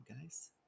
guys